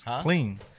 Clean